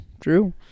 true